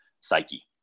psyche